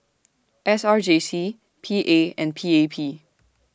S R J C P A and P A P